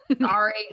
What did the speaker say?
Sorry